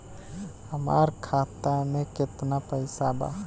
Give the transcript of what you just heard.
हमार खाता मे केतना पैसा बा?